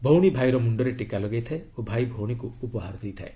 ଭଉଣୀ ଭାଇର ମୁଖରେ ଟୀକା ଲଗାଇ ଥାଏ ଓ ଭାଇ ଭଉଣୀକୁ ଉପହାର ଦେଇଥାଏ